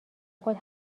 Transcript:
خود